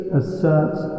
asserts